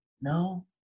No